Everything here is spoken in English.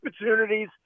opportunities